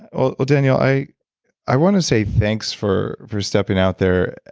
well, ah daniel, i i wanna say thanks for for stepping out there.